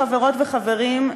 חברות וחברים,